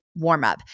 warmup